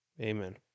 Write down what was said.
amen